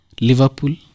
Liverpool